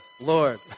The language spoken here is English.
Lord